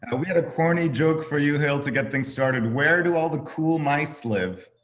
and we had a corny jokes for you hill to get things started. where do all the cool mice live?